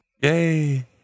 Yay